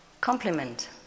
compliment